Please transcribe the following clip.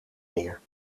meer